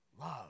love